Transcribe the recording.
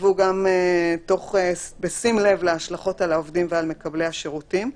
ייקבעו גם בשים לב להשלכות על העובדים ועל מקבלי השירותים.